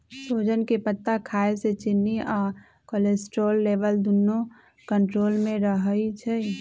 सोजन के पत्ता खाए से चिन्नी आ कोलेस्ट्रोल लेवल दुन्नो कन्ट्रोल मे रहई छई